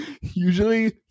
usually